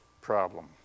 problem